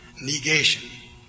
negation